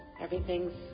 everything's